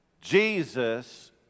Jesus